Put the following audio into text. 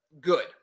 good